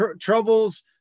troubles